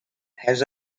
has